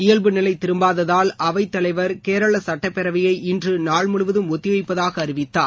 இயல்புநிலை திரும்பாததால் அவை தலைவர் கேரள சட்டப்பேரவையை இன்று நாள் முழுவதும் ஒத்திவைப்பதாக அறிவித்தார்